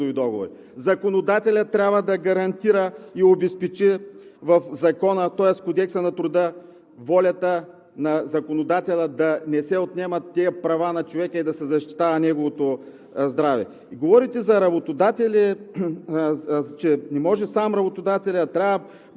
договори? Законодателят трябва да гарантира и обезпечи в Кодекса на труда волята на законодателя да не се отнемат тези права на човека и да се защитава неговото здраве. Говорите за работодателя, че не може сам работодателят, а трябва